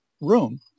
room